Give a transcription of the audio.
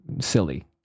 silly